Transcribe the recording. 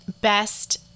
Best